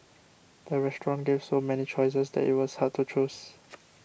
the restaurant gave so many choices that it was hard to choose